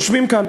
יושבים כאן.